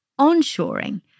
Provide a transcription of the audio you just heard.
onshoring